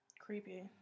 Creepy